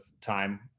time